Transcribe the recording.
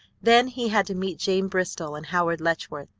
then he had to meet jane bristol and howard letchworth.